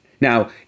Now